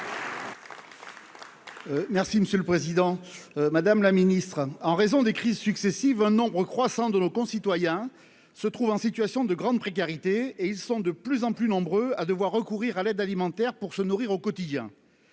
Merci monsieur le Président, Madame la Ministre, en raison des crises successives, un nombre croissant de nos concitoyens se trouvent en situation de grande précarité, et ils sont de plus en plus nombreux à devoir recourir à l'aide alimentaire pour se nourrir au quotidien